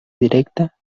directa